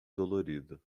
dolorido